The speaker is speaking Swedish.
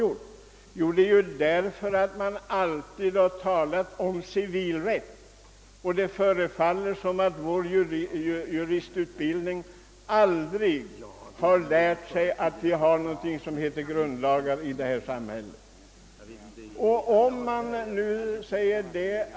Jo, anledningen härtill är att man i detta sammanhang alltid åberopat civilrättsliga bedömningar. Det förefaller som om man aldrig i vår juristutbildning lärt ut att de grundlagar som gäller i vårt samhälle också skall tillämpas.